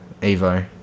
Evo